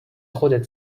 خودت